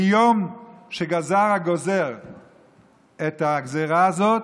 מיום שגזר הגוזר את הגזרה הזאת,